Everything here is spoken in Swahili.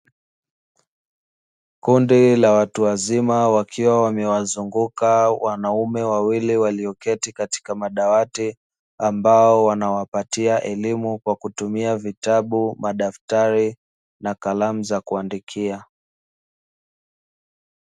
Kundi la watu wazima wakiwa wamewazunguka wanaume wawili walioketi katika madawati, ambao wanawapatia elimu kwa kutumia vitabu, madaftari na kalamu za kuandikia.